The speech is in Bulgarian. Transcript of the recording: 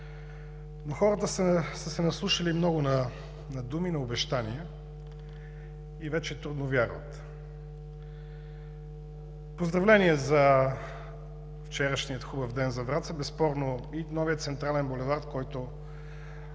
хората са се наслушали много на думи и обещания и вече трудно вярват. Поздравления за вчерашния хубав ден за Враца и новия централен булевард, който